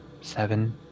seven